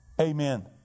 Amen